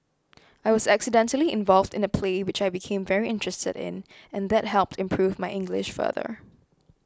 I was accidentally involved in a play which I became very interested in and that helped improve my English further